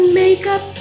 makeup